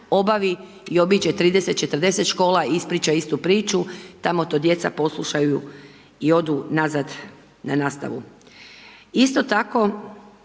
obavi i obiđe 30, 40 škola i ispriča istu priču, tamo to djeca poslušaju i odu nazad na nastavu.